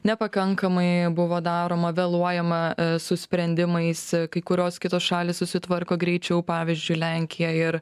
nepakankamai buvo daroma vėluojama su sprendimais kai kurios kitos šalys susitvarko greičiau pavyzdžiui lenkija ir